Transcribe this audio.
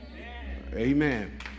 Amen